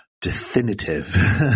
Definitive